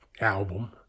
album